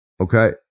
okay